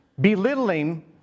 belittling